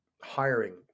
hiring